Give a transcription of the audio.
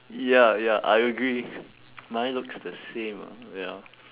ya ya I agree mine looks the same ah ya